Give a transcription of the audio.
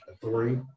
Three